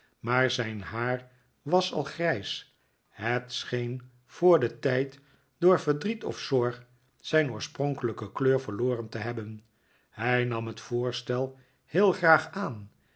maar zijn haar was al grijs het scheen voor den tijd door verdriet of zorg zijn oorspronkelijke kleur verloren te hebben hij nam het voorstel heel graag aan